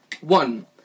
one